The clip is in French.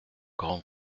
grand